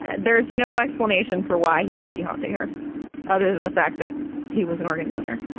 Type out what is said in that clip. there is no explanation for why he would be haunting her other than the fact that he was an organ donor